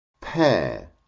pair